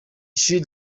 ishuri